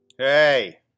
Hey